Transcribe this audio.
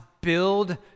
build